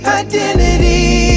identity